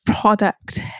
Product